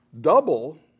double